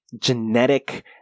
genetic